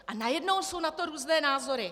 A najednou jsou na to různé názory.